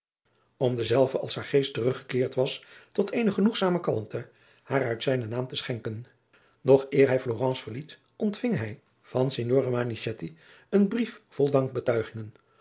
om denzelven als haar geest teruggekeerd was tot eene genoegzame kalmte haar uit zijnen naam te schenken nog eer bij florence verliet ontving hij van signore manichetti een brief vol